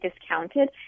discounted